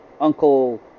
uncle